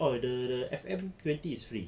oh the the F_M twenty is free